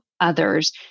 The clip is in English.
others